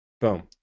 Boom